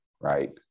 Right